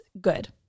good